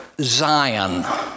Zion